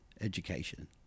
education